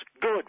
Good